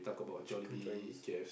chicken joints